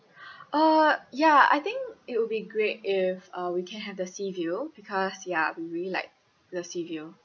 uh ya I think it will be great if uh we can have the sea view because ya we really like the sea view